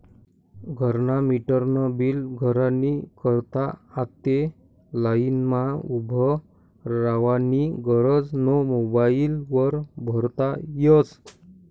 घरना मीटरनं बील भरानी करता आते लाईनमा उभं रावानी गरज नै मोबाईल वर भरता यस